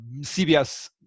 CBS